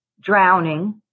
drowning